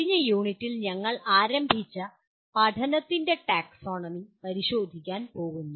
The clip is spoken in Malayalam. കഴിഞ്ഞ യൂണിറ്റിൽ ഞങ്ങൾ ആരംഭിച്ച പഠനത്തിന്റെ ടാക്സോണമി പരിശോധിക്കാൻ പോകുന്നു